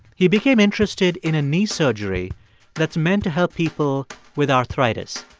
he became interested in a knee surgery that's meant to help people with arthritis.